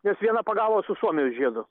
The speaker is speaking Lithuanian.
nes vieną pagavo su suomijos žiedu